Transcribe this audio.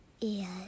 Yes